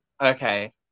okay